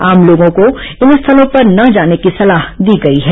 आम लोगों को इन स्थलों पर न जाने की सलाह दी गई है